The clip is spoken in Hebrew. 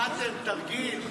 למדתם תרגיל.